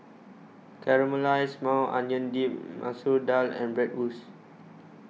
Caramelized Maui Onion Dip Masoor Dal and Bratwurst